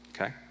okay